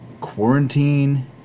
quarantine